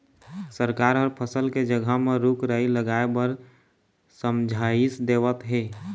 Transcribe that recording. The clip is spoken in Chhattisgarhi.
सरकार ह फसल के जघा म रूख राई लगाए बर समझाइस देवत हे